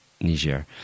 Niger